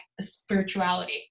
spirituality